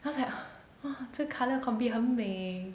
I was like 这个 colour combi 很美